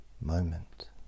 moment